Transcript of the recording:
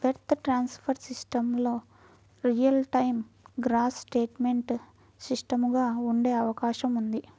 wire transfer సిస్టమ్లు real time gross settlement సిస్టమ్లుగా ఉండే అవకాశం ఉంది